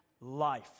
life